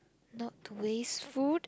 not to waste food